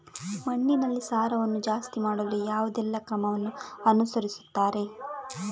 ಮಣ್ಣಿನಲ್ಲಿ ಸಾರವನ್ನು ಜಾಸ್ತಿ ಮಾಡಲು ಯಾವುದೆಲ್ಲ ಕ್ರಮವನ್ನು ಅನುಸರಿಸುತ್ತಾರೆ